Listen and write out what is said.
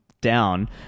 down